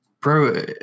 Bro